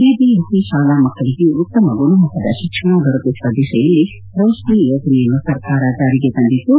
BBMP ಶಾಲಾ ಮಕ್ಕಳಿಗೆ ಉತ್ತಮ ಗುಣಮಟ್ಟದ ಶಿಕ್ಷಣ ದೊರಕಿಸುವ ದಿಸೆಯಲ್ಲಿ ರೋತ್ನಿ ಯೋಜನೆಯನ್ನು ಸರ್ಕಾರ ಜಾರಿಗೆ ತಂದಿದ್ದು